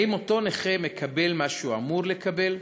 האם אותו נכה מקבל מה שהוא אמור לקבל?